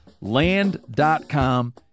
Land.com